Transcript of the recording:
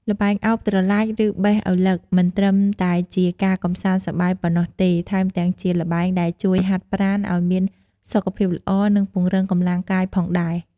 ល្បែងឱបត្រឡាច ឬបេះឳឡឹក មិនត្រឹមតែជាការកម្សាន្តសប្បាយប៉ុណ្ណោះទេ ថែមទាំងជាល្បែងដែលជួយហាត់ប្រាណឲ្យមានសុខភាពល្អ និងពង្រឹងកម្លាំងកាយផងដែរ។